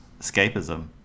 escapism